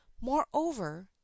Moreover